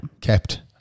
Kept